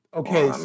okay